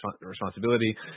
responsibility